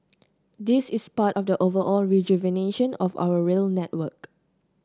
this is part of the overall rejuvenation of our rail network